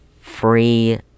free